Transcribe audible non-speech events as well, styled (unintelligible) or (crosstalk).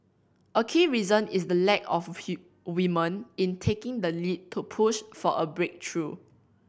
a key reason is the lack of (unintelligible) women in taking the lead to push for a breakthrough